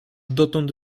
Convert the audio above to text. dotąd